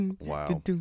Wow